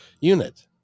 unit